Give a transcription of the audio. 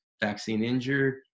vaccine-injured